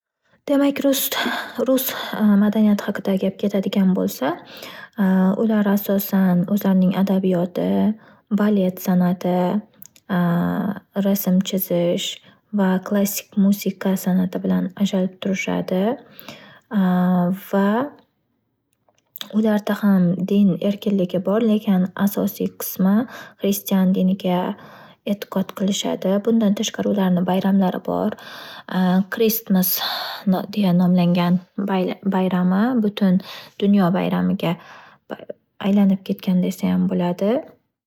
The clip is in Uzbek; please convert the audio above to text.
Demak rust rus madaniyati haqida gap ketadigan bo'lsa, ular asosan o'zlarning adabiyoti balet san'ati, rasm chizish va klassik musiqa san'ati bilan ajralib turilishadi va ularda ham diniy erkinligi bor lekin asosiy qismi Xristian diniga e'tiqod qilishadi, Bundan tashqari ularning bayramlari bor. Kristmas deya nomlangan bayrami butun dunyo bayramiga aylanb ketgan desayam bo’ladi.